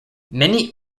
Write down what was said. many